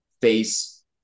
face